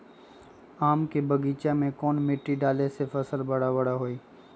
आम के बगीचा में कौन मिट्टी डाले से फल बारा बारा होई?